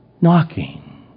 knocking